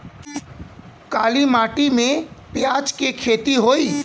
काली माटी में प्याज के खेती होई?